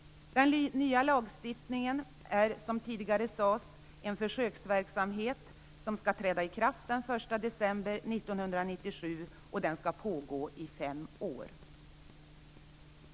Den nya lagen är en försöksverksamhet, som tidigare sades, som skall träda i kraft den 1 december 1997 och pågå i fem år.